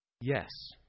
Yes